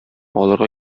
алырга